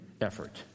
effort